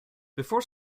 before